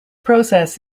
process